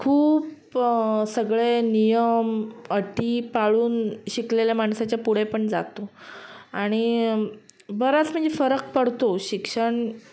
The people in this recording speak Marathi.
खूप सगळे नियम अटी पाळून शिकलेल्या माणसाच्या पुढे पण जातो आणि बराच म्हणजे फरक पडतो शिक्षण